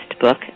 book